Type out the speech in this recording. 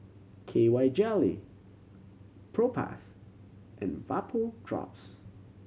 K Y Jelly Propass and Vapodrops